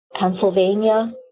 Pennsylvania